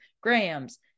grams